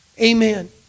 Amen